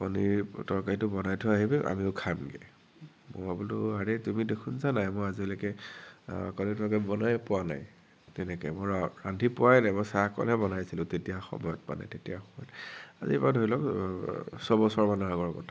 কণীৰ তৰকাৰীটো বনাই থৈ আহিবি আমিও খামগে মই বোলো আৰে তুমি দেখোন জানাই মই আজিলেকে কণীৰ তৰকাৰী বনাইয়ে পোৱা নাই তেনেকে মই ৰান্ধি পোৱাই নাই মই চাহকণহে বনাইছিলো তেতিয়া সময়ত মানে তেতিয়া মানে আজিৰ পৰা ধৰি লওক ছবছৰ মানৰ আগৰ কথা